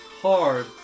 hard